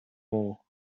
more